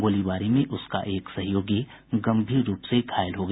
गोलीबारी में उसका एक सहयोगी गंभीर रूप से घायल हो गया